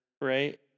Right